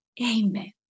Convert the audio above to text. amen